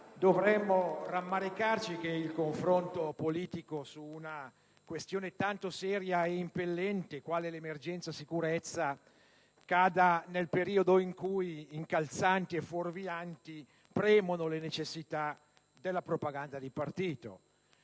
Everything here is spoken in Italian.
dovremmo rammaricarci che il confronto politico su una questione tanto seria e impellente quale l'emergenza sicurezza cada proprio nel periodo in cui incalzanti e fuorvianti premono le necessità della propaganda di partito.